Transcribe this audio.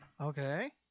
Okay